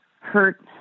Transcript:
hurt